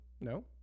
no